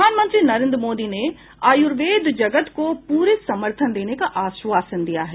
प्रधानमंत्री नरेन्द्र मोदी ने आयूर्वेद जगत को पूरा समर्थन देने का आश्वासन दिया है